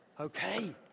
Okay